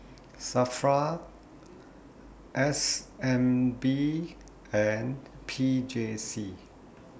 SAFRA S N B and P J C